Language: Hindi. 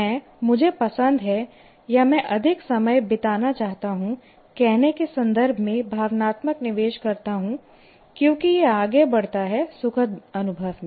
मैं मुझे पसंद है या मैं अधिक समय बिताना चाहता हूं कहने के संदर्भ में भावनात्मक निवेश करता हूं क्योंकि यह आगे बढ़ता है सुखद अनुभव में